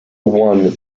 won